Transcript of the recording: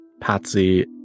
Patsy